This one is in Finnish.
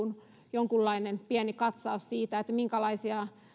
jonkunlainen pieni katsaus siitä minkälaisia